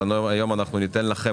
היום אנחנו ניתן לכם,